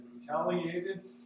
retaliated